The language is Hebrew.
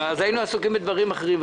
אז היינו עסוקים בדברים אחרים.